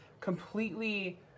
completely